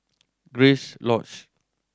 Grace Lodge